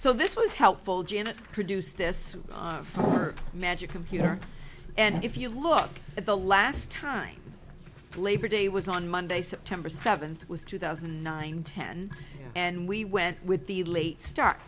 so this was helpful janet produced this magic computer and if you look at the last time labor day was on monday september seventh was two thousand and nine ten and we went with the late start